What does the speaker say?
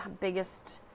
biggest